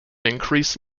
increase